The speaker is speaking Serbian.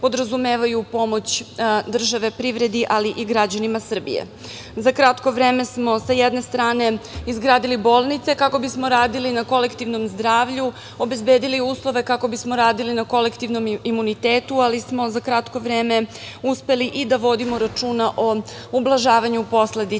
podrazumevaju pomoć države privredi, ali i građanima Srbije. Za kratko vreme smo s jedne strane, izgradili bolnice, kako bismo radili na kolektivnom zdravlju, obezbedili uslove kako bismo radili na kolektivnom imunitetu, ali smo za kratko vreme uspeli i da vodimo računa o ublažavanju posledica